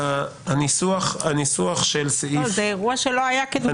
הניסוח של סעיף --- זה אירוע שלא היה כדוגמתו.